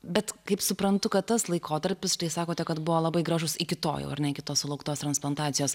bet kaip suprantu kad tas laikotarpis tai sakote kad buvo labai gražus iki to ar ne iki tos sulauktos transplantacijos